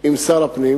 עם שר הפנים,